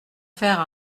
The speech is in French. faire